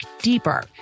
deeper